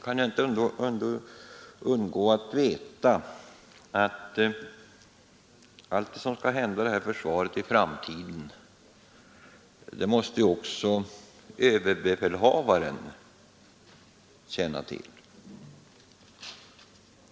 Men allt som skall hända med vårt försvar i framtiden måste också överbefälhavaren känna till.